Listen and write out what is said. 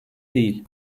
değil